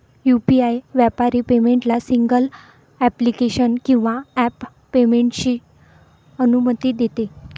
UPI व्यापारी पेमेंटला single application किंवा ॲप पेमेंटची अनुमती देते